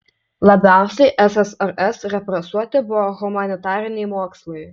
labiausiai ssrs represuoti buvo humanitariniai mokslai